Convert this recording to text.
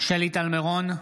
שלי טל מירון,